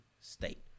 state